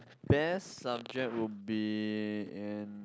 best subject will be in